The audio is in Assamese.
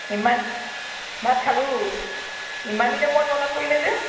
ইমান ভাত খালোঁ ইমান দিনৰ মূৰত মনত পৰিলে যে